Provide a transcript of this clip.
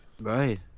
right